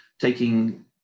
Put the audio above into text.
taking